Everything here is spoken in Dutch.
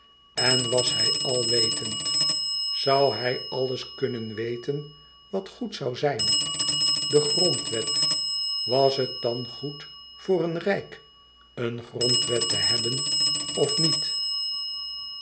en was hij alwetend zoû hij alles kunnen weten wat goed zoû zijn de grondwet was het dan goed voor een rijk een grondwet te hebben of niet